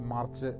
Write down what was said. March